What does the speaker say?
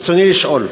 ברצוני לשאול: